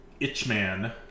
Itchman